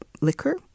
liquor